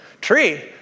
tree